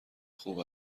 خوب